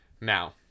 now